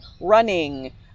running